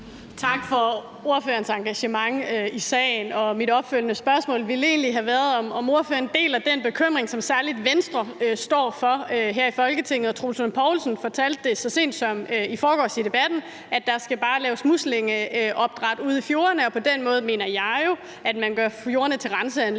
Tak for ordførerens engagement i sagen. Mit opfølgende spørgsmål ville egentlig have været, om ordføreren deler den bekymring, som særlig Venstre står for her i Folketinget. Troels Lund Poulsen fortalte det så sent som i forgårs i Debatten, at der bare skal laves muslingeopdræt ude i fjordene, og på den måde mener jeg jo, at man gør fjordene til renseanlæg